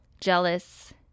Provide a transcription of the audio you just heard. jealous